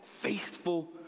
faithful